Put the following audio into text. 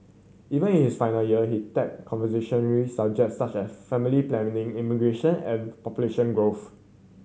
even is final year he tackled controversial subjects such as family planning immigration and population growth